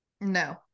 No